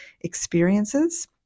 experiences